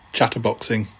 Chatterboxing